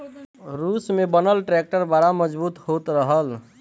रूस में बनल ट्रैक्टर बड़ा मजबूत होत रहल